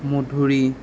মধুৰি